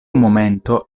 momento